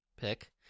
pick